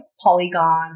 Polygon